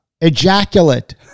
ejaculate